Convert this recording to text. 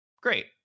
great